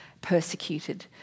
persecuted